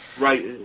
Right